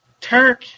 Turk